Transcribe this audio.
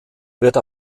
wird